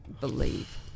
believe